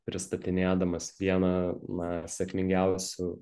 pristatinėdamas vieną na sėkmingiausių